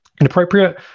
inappropriate